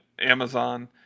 Amazon